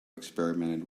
experimented